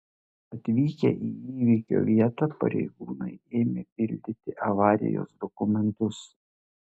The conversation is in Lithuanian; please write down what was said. atvykę į įvykio vietą pareigūnai ėmė pildyti avarijos dokumentus